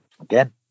Again